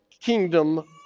kingdom